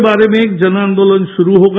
के बारे में जन्यादोलन शुरू होगा